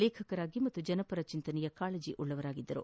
ಲೇಖಕರಾಗಿ ಮತ್ತು ಜನಪರ ಚಿಂತನೆಯ ಕಾಳಜವುಳ್ಳರಾಗಿದ್ದರು